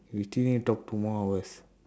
we still need to talk two more hours